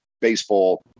baseball